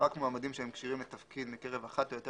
רק מועמדים שהם כשירים לתפקיד מקרב אחת או יותר